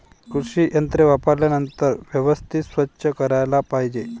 कृषी यंत्रे वापरल्यानंतर व्यवस्थित स्वच्छ करायला पाहिजे